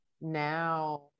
now